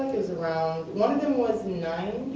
around, one of them was ninety,